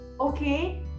okay